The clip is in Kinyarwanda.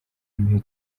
ibihe